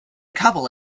couple